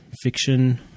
fiction